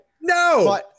no